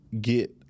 get